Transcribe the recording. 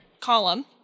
column